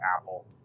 apple